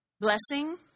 blessing